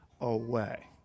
away